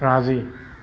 राज़ी